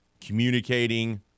communicating